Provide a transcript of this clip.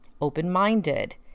open-minded